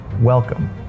Welcome